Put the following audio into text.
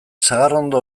sagarrondo